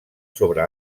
sobre